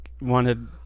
wanted